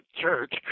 church